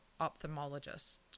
ophthalmologist